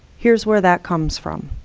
here's where that comes from.